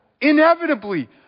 Inevitably